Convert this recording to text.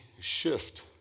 shift